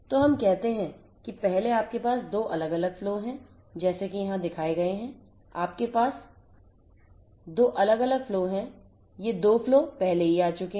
तो हम कहते हैं कि पहले आपके पास 2 अलग अलग फ्लो हैं जैसे कि यहाँ दिखाए गए हैं आपके पास 2 अलग अलग फ्लो हैं ये 2 फ्लो पहले ही आ चुके हैं